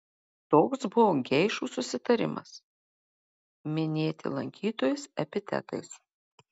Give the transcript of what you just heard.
toks buvo geišų susitarimas minėti lankytojus epitetais